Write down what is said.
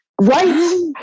Right